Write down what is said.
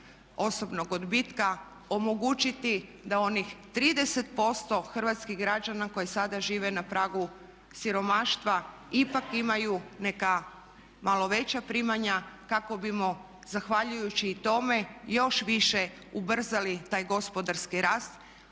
osobnog odbitka omogućiti da onih 30% hrvatskih građana koji sada žive na pragu siromaštva ipak imaju neka malo veća primanja kako bismo i zahvaljujući i tome još više ubrzali taj gospodarski rast